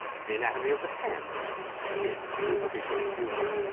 the anatomy of the hand is superficially human,